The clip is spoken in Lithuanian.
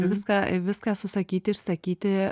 viską viską susakyti išsakyti